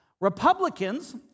Republicans